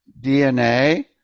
DNA